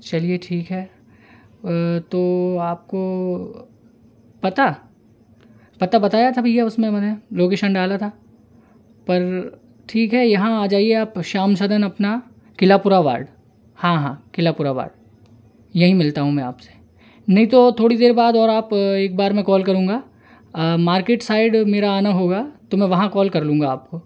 चलिए ठीक है तो आपको पता पता बताया था भैया उसमें मैंने लोकेशन डाला था पर ठीक है यहाँ आ जाइए आप श्याम सदन अपना किलापुरा वार्ड हाँ हाँ किलापुरा वार्ड यहीं मिलता हूँ मैं आपसे नहीं तो थोड़ी देर बाद और आप एक बार मैं कॉल करूँगा मार्केट साइड मेरा आना होगा तो मैं वहाँ कॉल कर लूँगा आपको